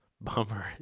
Bummer